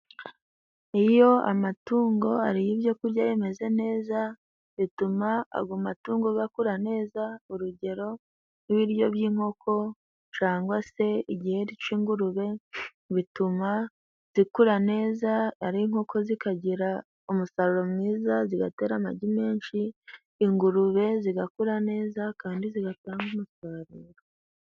Iyo amatungo ariye ibyo kurya bimeze neza，bituma ago matungo gakura neza， urugero nk'ibiryo by'inkoko， cangwa se igiheri c'ingurube， bituma zikura neza， ari inkoko zikagira umusaruro mwiza，zigatera amagi menshi， ingurube zigakura neza kandi zigatanga umusaruro.